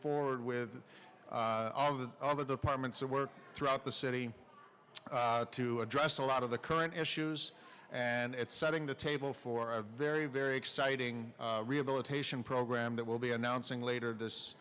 forward with all the other departments and work throughout the city to address a lot of the current issues and it's setting the table for a very very exciting rehabilitation program that will be announcing later this